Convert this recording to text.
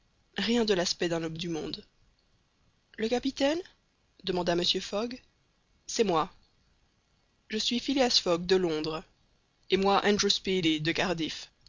rien de l'aspect d'un homme du monde le capitaine demanda mr fogg c'est moi je suis phileas fogg de londres et moi andrew speedy de cardif